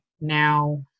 now